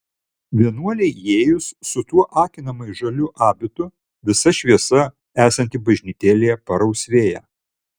vienuolei įėjus su tuo akinamai žaliu abitu visa šviesa esanti bažnytėlėje parausvėja